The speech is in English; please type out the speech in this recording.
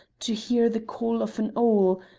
to hear the call of an owl,